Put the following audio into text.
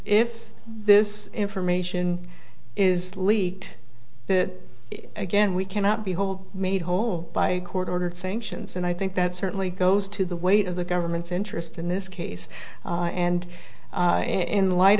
if this information is leaked that again we cannot be whole made whole by court ordered sanctions and i think that certainly goes to the weight of the government's interest in this case and in light